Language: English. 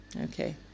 Okay